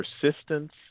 persistence